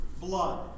blood